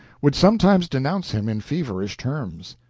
would sometimes denounce him in feverish terms.